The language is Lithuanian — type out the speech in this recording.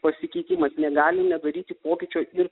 pasikeitimas negali nedaryti pokyčio ir